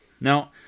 Now